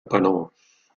penós